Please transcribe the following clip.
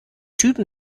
typen